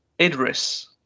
Idris